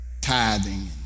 tithing